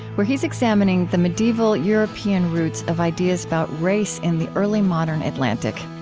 where he's examining the medieval-european roots of ideas about race in the early-modern atlantic.